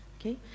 Okay